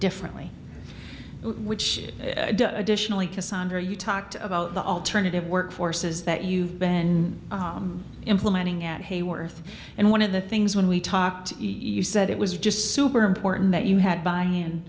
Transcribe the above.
differently which additionally cassandra you talked about the alternative work forces that you've been implementing at hayworth and one of the things when we talked you said it was just super important that you had buy